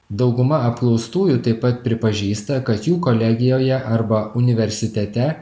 dauguma apklaustųjų taip pat pripažįsta kad jų kolegijoje arba universitete